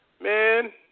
man